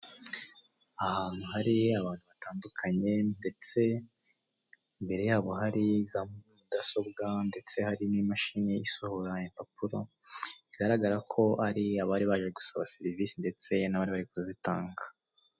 Ahanu hari abantu batandukanye ndetse imbere yabo hari za mudasobwa ndetse hari n'imashini isohora impapuro bigaragara ko hari abantu bari baje gusaba serivise ndetse hari hari nabari kuzitanga.